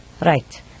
Right